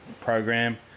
program